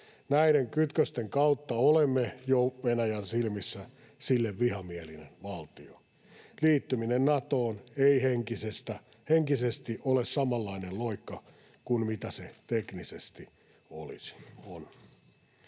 Näiden kytkösten kautta olemme jo Venäjän silmissä sille vihamielinen valtio. Liittyminen Natoon ei henkisesti ole samanlainen loikka kuin mitä se teknisesti on.